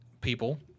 people